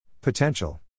Potential